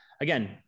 again